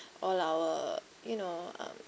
all our you know um